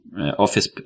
office